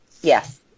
Yes